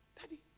Daddy